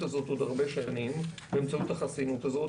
הזאת עוד הרבה שנים באמצעות החסינות הזאת,